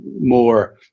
more